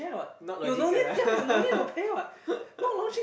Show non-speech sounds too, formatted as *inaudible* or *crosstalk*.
not logical ah *laughs*